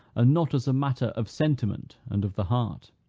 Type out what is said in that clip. and not as a matter of sentiment, and of the heart.